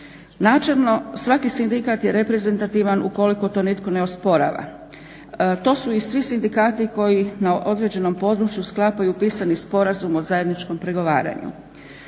Načelno, svaki sindikat je reprezentativan ukoliko to nitko ne osporava. To su i svi sindikati koji na određenom području sklapaju pisani sporazum o zajedničkom pregovaranju,